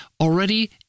already